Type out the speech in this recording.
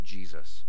Jesus